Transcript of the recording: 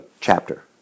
chapter